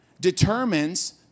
determines